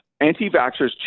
anti-vaxxers